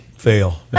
Fail